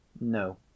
No